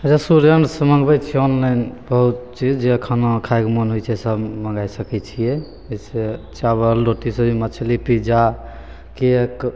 रेस्टोरेन्टसे मँगबै छिए ऑनलाइन बहुत चीज जे खाना खाइके मोन होइ छै सब मँगै सकै छिए जइसे चावल रोटी दही मछली पिज्जा केक